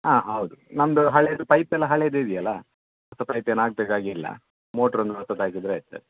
ಹಾಂ ಹೌದು ನಮ್ಮದು ಹಳೆಯದು ಪೈಪೆಲ್ಲ ಹಳೆಯದು ಇದೆಯಲ್ಲ ಹೊಸ ಪೈಪೇನು ಹಾಕಬೇಕಾಗಿಲ್ಲ ಮೋಟ್ರ್ ಒಂದು ಹೊಸದು ಹಾಕಿದರೆ ಆಯ್ತು